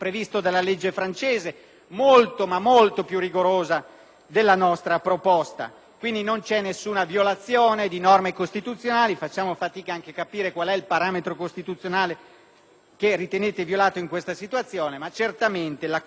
alla nostra proposta. Non c'è alcuna violazione di norme costituzionali e facciamo fatica anche a capire quale sia il parametro costituzionale che in questo caso ritenete violato, ma certamente l'accordo di integrazione va nel senso di responsabilizzare lo straniero